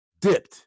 dipped